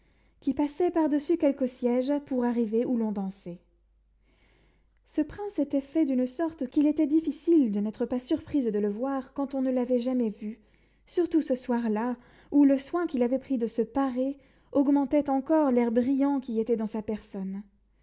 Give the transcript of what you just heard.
qui passait par-dessus quelques sièges pour arriver où l'on dansait ce prince était fait d'une sorte qu'il était difficile de n'être pas surprise de le voir quand on ne l'avait jamais vu surtout ce soir-là où le soin qu'il avait pris de se parer augmentait encore l'air brillant qui était dans sa personne